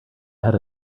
had